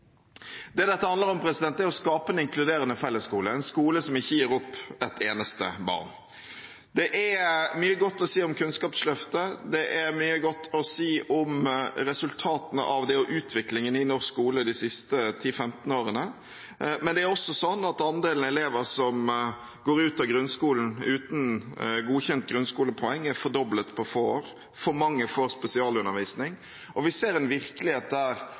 Det dette handler om, er å skape en inkluderende fellesskole, en skole som ikke gir opp et eneste barn. Det er mye godt å si om Kunnskapsløftet, det er mye godt å si om resultatene av det og utviklingen i norsk skole de siste 10–15 årene, men det er også sånn at andelen elever som går ut av grunnskolen uten godkjente grunnskolepoeng, er fordoblet på få år. For mange får spesialundervisning, og vi ser en virkelighet der